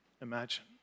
imagine